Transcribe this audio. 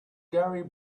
gary